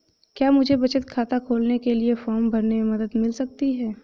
क्या मुझे बचत खाता खोलने के लिए फॉर्म भरने में मदद मिल सकती है?